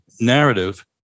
narrative